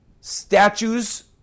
statues